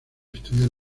estudiar